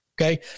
okay